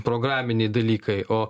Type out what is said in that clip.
programiniai dalykai o